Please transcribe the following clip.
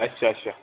अच्छा अच्छा